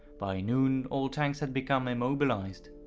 by noon, all tanks had become immobilized.